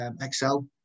Excel